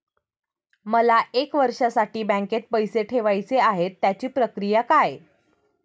मला एक वर्षासाठी बँकेत पैसे ठेवायचे आहेत त्याची प्रक्रिया काय?